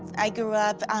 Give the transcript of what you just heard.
i grew up